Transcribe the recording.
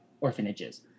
orphanages